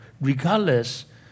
regardless